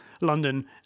London